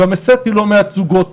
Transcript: גם השאתי לא מעט זוגות